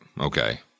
Okay